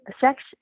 sex